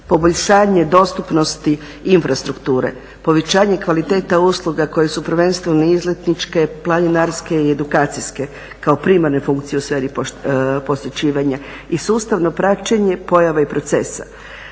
poboljšanje dostupnosti infrastrukture, povećanje kvaliteta usluga koje su prvenstveno izletničke, planinarske i edukacijske kao primarne funkcije u sferi posjećivanja i sustavno praćenje pojava i procesa.